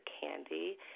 candy